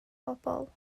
bobol